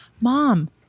Mom